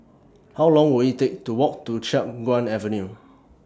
How Long Will IT Take to Walk to Chiap Guan Avenue